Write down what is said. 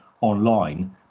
online